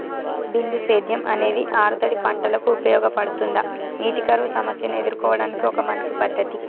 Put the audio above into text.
బిందు సేద్యం అనేది ఆరుతడి పంటలకు ఉపయోగపడుతుందా నీటి కరువు సమస్యను ఎదుర్కోవడానికి ఒక మంచి పద్ధతి?